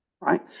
right